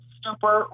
super